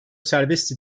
serbest